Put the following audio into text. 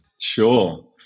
Sure